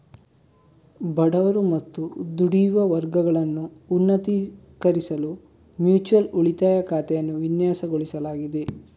ಬಡವರು ಮತ್ತು ದುಡಿಯುವ ವರ್ಗಗಳನ್ನು ಉನ್ನತೀಕರಿಸಲು ಮ್ಯೂಚುಯಲ್ ಉಳಿತಾಯ ಖಾತೆಯನ್ನು ವಿನ್ಯಾಸಗೊಳಿಸಲಾಗಿದೆ